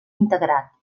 integrat